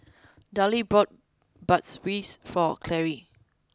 Daryle bought Bratwurst for Carri